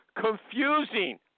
confusing